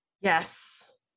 Yes